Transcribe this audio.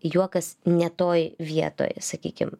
juokas ne toj vietoj sakykim